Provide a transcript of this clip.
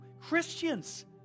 Christians